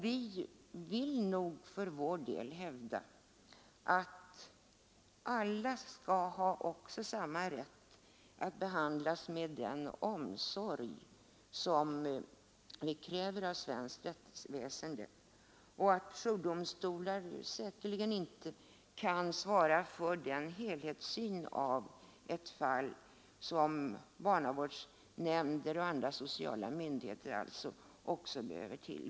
Vi vill för vår del hävda att alla skall ha samma rätt att behandlas med den omsorg som vi kräver av svenskt rättsväsende och att jourdomstolar säkerligen inte kan svara för den helhetssyn på ett fall som barnavårdsnämnder och andra sociala myndigheter kan bidra till.